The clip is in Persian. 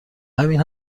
همین